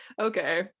okay